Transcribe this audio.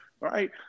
right